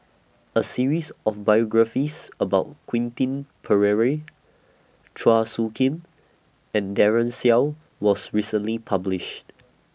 A series of biographies about Quentin Pereira Chua Soo Khim and Daren Shiau was recently published